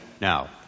Now